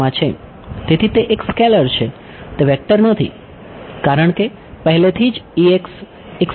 તેથી તે એક સ્કેલર છે તે વેક્ટર નથી કારણ કે પહેલેથી જ છે એક સ્કેલર છે